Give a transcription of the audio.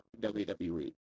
WWE